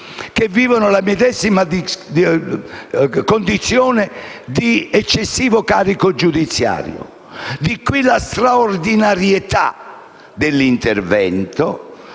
che vivono la medesima condizione di eccessivo carico giudiziario. Da qui scaturisce la straordinarietà dell'intervento.